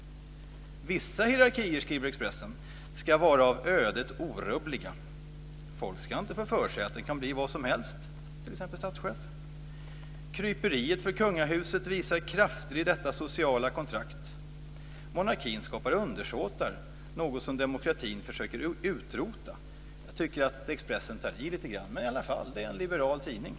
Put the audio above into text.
Vissa hierarkier, skriver Expressen, ska vara av ödet orubbliga. Folk ska inte få för sig att de kan bli vad som helst, t.ex. statschef. Kryperiet för kungahuset visar kraften i detta sociala kontrakt. Monarkin skapar undersåtar, något som demokratin försökt utrota. Jag tycker att Expressen tar i lite grann, men det är i varje fall en liberal tidning.